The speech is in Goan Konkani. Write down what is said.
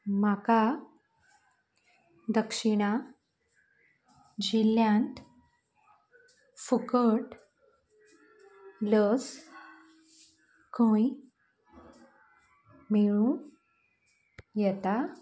म्हाका दक्षिणा जिल्ल्यांत फुकट लस खंय मेळूं येता